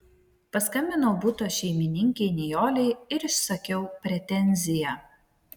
paskambinau buto šeimininkei nijolei ir išsakiau pretenziją